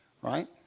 Right